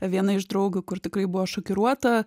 viena iš draugių kur tikrai buvo šokiruota